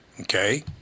Okay